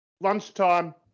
Lunchtime